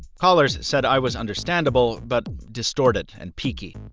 callers said i was understandable, but distorted and peaky.